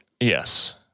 Yes